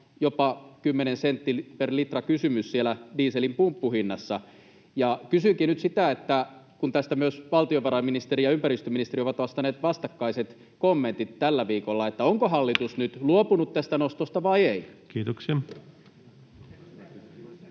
jopa 10 senttiä per litra -kysymys siellä dieselin pumppuhinnassa. Kysynkin nyt, kun tästä myös valtiovarainministeriö ja ympäristöministeriö ovat antaneet vastakkaiset kommentit tällä viikolla: onko hallitus nyt luopunut tästä nostosta vai ei? [Ben